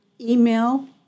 email